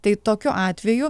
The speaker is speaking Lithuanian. tai tokiu atveju